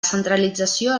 centralització